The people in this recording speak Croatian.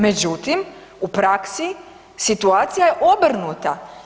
Međutim, u praksi situacija je obrnuta.